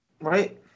Right